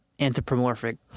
anthropomorphic